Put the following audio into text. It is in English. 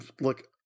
look